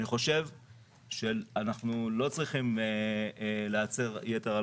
אני חושב שאנחנו לא צריכים להצר יתר על